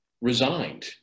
resigned